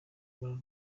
rwanda